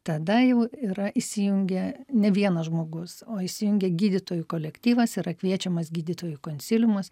tada jau yra įsijungia ne vienas žmogus o įsijungia gydytojų kolektyvas yra kviečiamas gydytojų konsiliumas